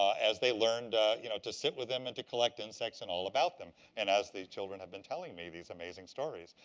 as they learned you know to sit with them and to collect insects and all about them. and as the children have been telling me these amazing stories.